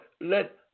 let